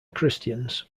christians